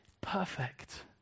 perfect